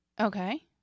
Okay